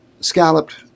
scalloped